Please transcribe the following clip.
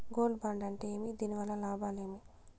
Gold bond అంటే ఏమి? దీని వల్ల లాభాలు ఏమి?